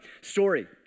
story